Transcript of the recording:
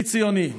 אני ציוני.